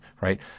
right